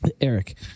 Eric